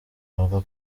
avuga